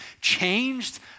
changed